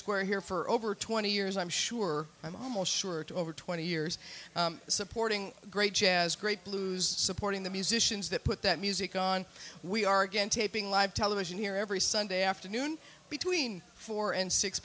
square here for over twenty years i'm sure i'm almost sure to over twenty years supporting the great jazz great blues supporting the musicians that put that music on we are again taping live television here every sunday afternoon between four and six